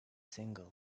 single